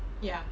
ya